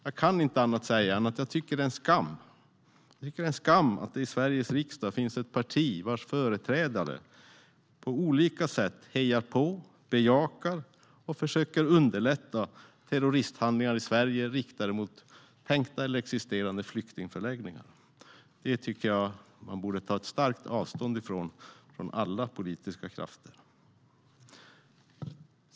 Jag kan inte annat än säga att jag tycker att det är en skam att det i Sveriges riksdag finns ett parti vars företrädare på olika sätt hejar på, bejakar och försöker underlätta terroristhandlingar i Sverige riktade mot tänkta eller existerande flyktingförläggningar. Detta tycker jag att alla politiska krafter borde ta starkt avstånd från.